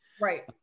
right